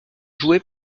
joué